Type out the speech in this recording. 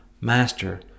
master